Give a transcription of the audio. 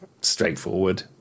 straightforward